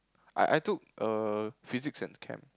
I I took err Physics and Chem